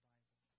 Bible